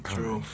True